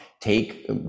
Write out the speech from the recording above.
take